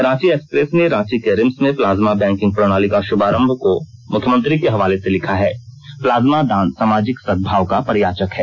Ranchi express ने रांची के रिम्स में प्लाज्मा बैंकिंग प्रणाली का षुभारंभ को मुख्यमंत्री के हवाले से लिखा हैं प्लाज्मा दान सामाजिक सद्भाव का परिचायक है